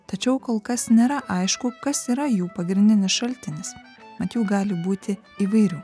tačiau kol kas nėra aišku kas yra jų pagrindinis šaltinis mat jų gali būti įvairių